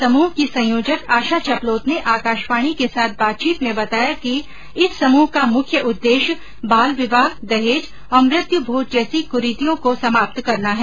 समूह की संयोजक आशा चपलोत ने आकाशवाणी के साथ बातचीत में बताया कि इस समूह का मुख्य उद्देश्य बाल विवाह दहेज और मृत्य भोज जैसी करीतियों को समाप्त करना है